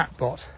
chatbot